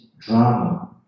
drama